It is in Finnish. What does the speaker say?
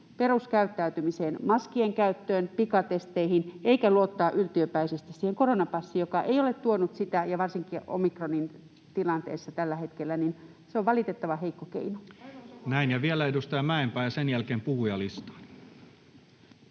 peruskäyttäytymiseen, maskien käyttöön, pikatesteihin eikä luottaa yltiöpäisesti siihen koronapassiin, joka ei ole tuonut sitä, ja varsinkin omikronin tilanteessa tällä hetkellä se on valitettavan heikko keino. [Speech 69] Speaker: Toinen varapuhemies